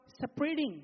separating